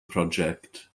prosiect